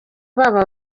baba